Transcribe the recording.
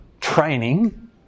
training